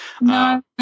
No